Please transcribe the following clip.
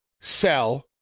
sell